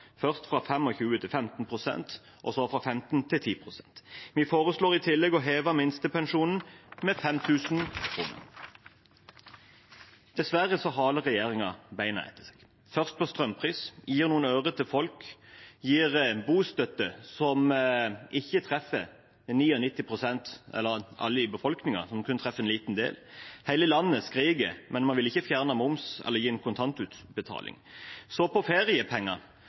først fra 25 pst. til 15 pst., så fra 15 pst. til 10 pst. Vi foreslår i tillegg å heve minstepensjonen med 5 000 kr. Dessverre sleper regjeringen beina etter seg – først i forbindelse med strømprisen når man gir noen øre til folk, gir bostøtte som ikke treffer alle i befolkningen, men kun en liten del. Hele landet skriker, men man vil ikke fjerne moms eller gi en kontantutbetaling.